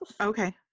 Okay